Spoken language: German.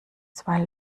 zwei